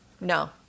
No